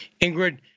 Ingrid